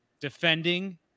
defending